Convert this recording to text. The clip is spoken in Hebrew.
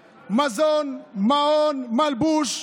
מזון, מעון, מלבוש,